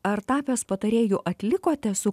ar tapęs patarėju atlikote su